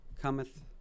cometh